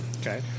Okay